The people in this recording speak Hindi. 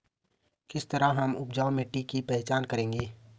किस तरह हम उपजाऊ मिट्टी की पहचान करेंगे?